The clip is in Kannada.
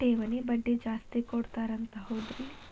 ಠೇವಣಿಗ ಬಡ್ಡಿ ಜಾಸ್ತಿ ಕೊಡ್ತಾರಂತ ಹೌದ್ರಿ?